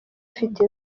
ufite